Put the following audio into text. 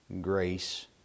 grace